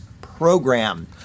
program